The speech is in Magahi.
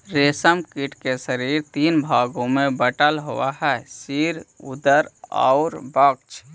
रेशम कीट के शरीर तीन भाग में बटल होवऽ हइ सिर, उदर आउ वक्ष